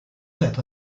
set